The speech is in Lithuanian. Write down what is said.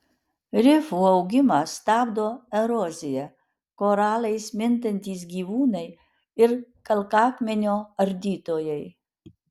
rifų augimą stabdo erozija koralais mintantys gyvūnai ir kalkakmenio ardytojai